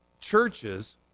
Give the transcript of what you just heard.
churches